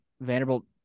Vanderbilt